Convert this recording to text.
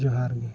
ᱡᱚᱦᱟᱨ ᱜᱮ